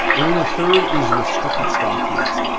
and then the third is restricted stock units.